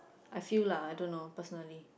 I fee lah I don't know personally